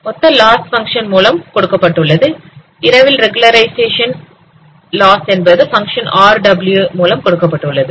Veda loss function l மூலம் கொடுக்கப்பட்டுள்ளது இரவில் ரெகுலருஷயேசன் லாஸ் என்பது பங்க்ஷன் R மூலம் கொடுக்கப்பட்டுள்ளது